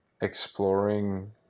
exploring